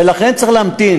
ולכן, צריך להמתין.